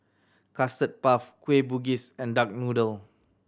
Custard Puff Kueh Bugis and duck noodle